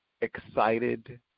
excited